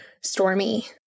stormy